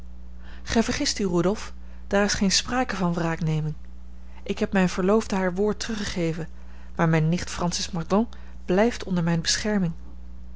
vergist u rudolf daar is geen sprake van wraakneming ik heb mijne verloofde haar woord teruggegeven maar mijne nicht francis mordaunt blijft onder mijne bescherming